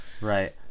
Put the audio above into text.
Right